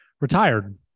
retired